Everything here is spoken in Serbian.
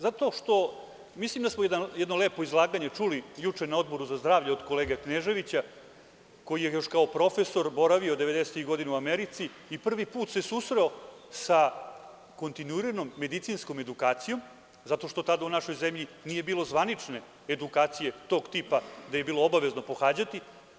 Zato što mislim da smo jedno lepo izlaganje čuli juče na Odboru za zdravlje od kolege Kneževića, koji je još kao profesor boravio devedesetih godina u Americi i prvi put se susreo sa kontinuiranom medicinskom edukacijom, zato što tada u našoj zemlji nije bilo zvanične edukacije tog tipa, da je bilo obavezno pohađati.